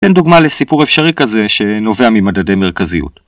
תן דוגמה לסיפור אפשרי כזה שנובע ממדדי מרכזיות.